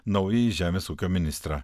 naująjį žemės ūkio ministrą